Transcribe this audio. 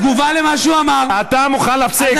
בתגובה על מה שהוא אמר, אתה מוכן להפסיק?